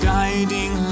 Guiding